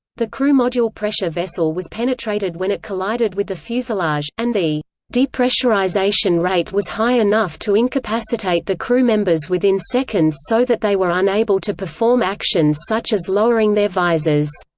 the crew module pressure vessel was penetrated when it collided with the fuselage, and the depressurization rate was high enough to incapacitate the crewmembers within seconds so that they were unable to perform actions such as lowering their visors.